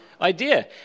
idea